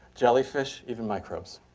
jellyfish, even microbes.